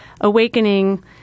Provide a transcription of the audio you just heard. awakening